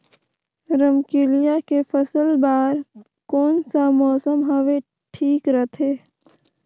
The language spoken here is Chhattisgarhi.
रमकेलिया के फसल बार कोन सा मौसम हवे ठीक रथे?